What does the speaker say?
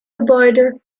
gebäude